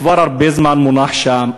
כבר הרבה זמן מונח שם.